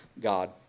God